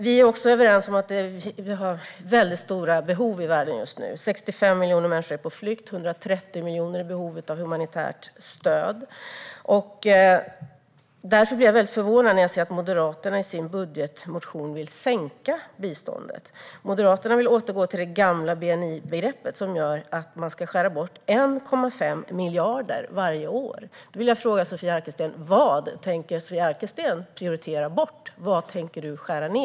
Vi är överens om att det finns stora behov i världen just nu. 65 miljoner människor är på flykt, och 130 miljoner är i behov av humanitärt stöd. Därför blir jag förvånad när jag ser att Moderaterna i sin budgetmotion vill sänka biståndet. De vill återgå till det gamla bni-begreppet, vilket innebär att man ska skära bort 1,5 miljarder varje år. Jag vill fråga Sofia Arkelsten: Vad tänker du prioritera bort, och var tänker du skära ned?